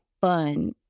fun